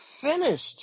finished